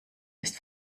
ist